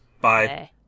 bye